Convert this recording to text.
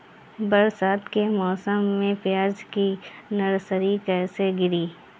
बरसात के मौसम में प्याज के नर्सरी कैसे गिरी?